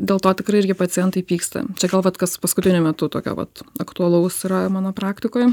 dėl to tikrai irgi pacientai pyksta čia gal vat kas paskutiniu metu tokio vat aktualaus yra mano praktikoj